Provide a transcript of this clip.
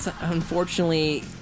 unfortunately